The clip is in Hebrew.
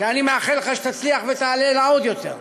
שאני מאחל לך שתצליח ותעלה לו עוד יותר,